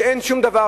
שאין שום דבר,